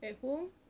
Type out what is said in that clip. at home